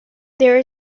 there